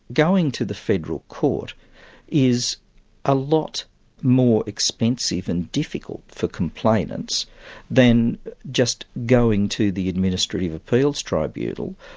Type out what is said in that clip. going to the federal court is a lot more expensive and difficult for complainants than just going to the administrative appeals tribunal,